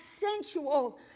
sensual